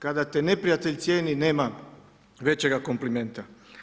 Kada te neprijatelj cijeni nema većega komplimenta.